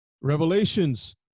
Revelations